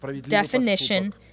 definition